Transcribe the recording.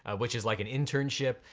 which is like an internship,